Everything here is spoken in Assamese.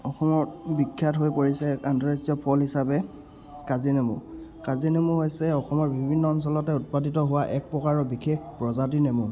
অসমত বিখ্যাত হৈ পৰিছে আন্তঃৰাষ্ট্ৰীয় ফল হিচাপে কাজিনেমু কাজিনেমু হৈছে অসমৰ বিভিন্ন অঞ্চলতে উৎপাদিত হোৱা এক প্ৰকাৰৰ বিশেষ প্ৰজাতিৰ নেমু